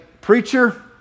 preacher